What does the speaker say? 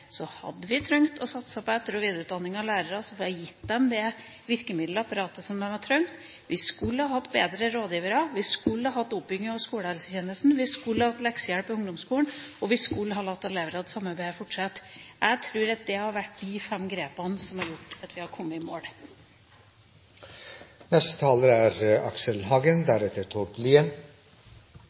hadde vi trengt å satse på etter- og videreutdanning av lærere og gitt dem det virkemiddelapparatet de trenger. Vi skulle hatt bedre rådgivere, vi skulle hatt oppbygging av skolehelsetjenesten, vi skulle hatt leksehjelp i ungdomsskolen, og vi skulle ha latt elevrådssamarbeidet fortsette. Jeg tror at det hadde vært de fem grepene som hadde gjort at vi hadde kommet i mål. For det første: Takk til Truls Wickholm, som understreker noe veldig viktig, at i gjennomføringa nå er